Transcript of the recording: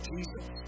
Jesus